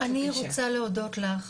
אני רוצה להודות לך